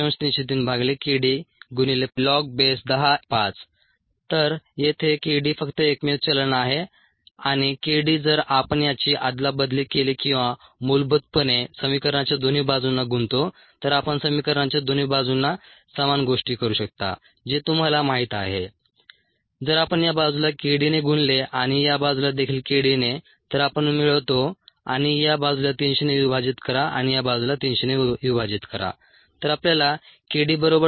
303kd log10 तर येथे k d फक्त एकमेव चलन आहे आणि k d जर आपण याची अदलाबदली केली किंवा मूलभूतपणे समीकरणाच्या दोन्ही बाजूंना गुणतो तर आपण समीकरणांच्या दोन्ही बाजूंना समान गोष्टी करू शकता जे तुम्हाला माहीत आहे जर आपण या बाजूला kd ने गुणले आणि या बाजूला देखील kd ने तर आपण मिळवतो आणि या बाजूला 300 ने विभाजित करा आणि या बाजूला 300 ने विभाजित करा तर आपल्याला k d बरोबर 2